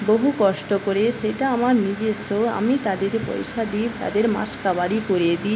বহু কষ্ট করে সেটা আমার নিজস্ব আমি তাদেরকে পয়সা দিই তাদের মাসকাবারি করিয়ে দিই